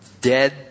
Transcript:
dead